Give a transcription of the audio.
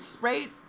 right